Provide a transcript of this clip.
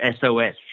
SOS